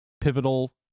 pivotal